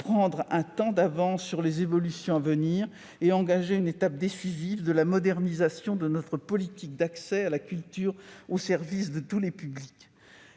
prendre un temps d'avance sur les évolutions à venir et engager une étape décisive de la modernisation de notre politique d'accès à la culture au service de tous les publics.